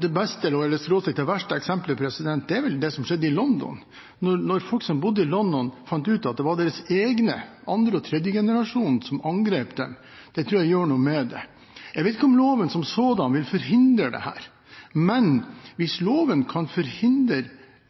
det beste/verste eksemplet er det som skjedde i London. Da folk som bodde i London, fant ut at det var deres egne andre og tredje generasjon som angrep dem, tror jeg det gjorde noe med dem. Jeg vet ikke om loven som sådan vil forhindre dette, men hvis loven kan forhindre